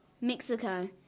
Mexico